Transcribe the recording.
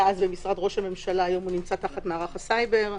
אז במשרד ראש הממשלה - היום נמצא תחת מערך הסייבר.